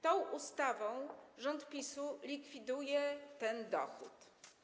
Tą ustawą rząd PiS-u likwiduje ten dochód.